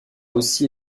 aussi